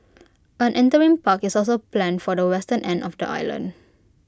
an interim park is also planned for the western end of the island